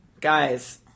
guys